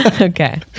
okay